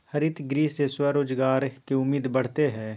हरितगृह से स्वरोजगार के उम्मीद बढ़ते हई